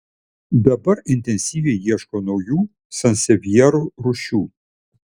dabar intensyviai ieško naujų sansevjerų rūšių